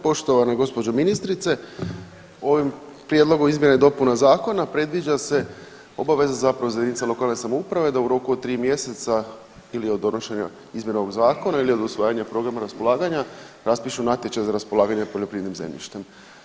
Poštovana gospođo ministrice, ovim prijedlogom izmjena i dopuna zakona predviđa se obaveza zapravo za jedinice lokalne samouprave da u roku od 3 mjeseca ili od donošenja izmjena ovog zakona ili od usvajanja programa raspolaganja raspišu natječaj za raspolaganje poljoprivrednim zemljištem.